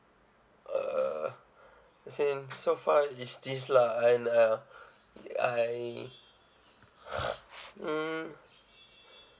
uh I think so far is this lah and uh I hmm